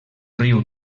riu